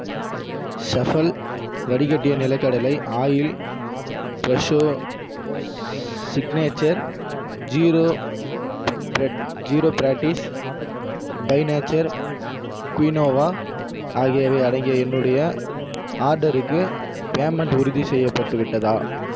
ஸஃபல் வடிகட்டிய நிலக்கடலை oil Fresho signature zero bread zero ப்ராட்டிஸ் பை நேச்சர் குயினோவா ஆகியவை அடங்கிய என்னுடைய ஆர்டருக்கு பேமெண்ட் உறுதி செய்யப்பட்டு விட்டதா